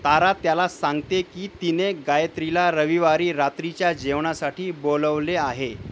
तारा त्याला सांगते की तिने गायत्रीला रविवारी रात्रीच्या जेवणासाठी बोलवले आहे